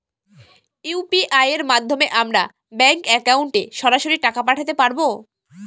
UPI এর মাধ্যমে আমরা ব্যাঙ্ক একাউন্টে সরাসরি টাকা পাঠাতে পারবো?